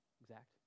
exact